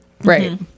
right